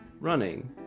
running